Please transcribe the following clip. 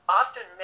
often